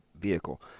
vehicle